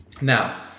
Now